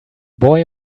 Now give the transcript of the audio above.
boy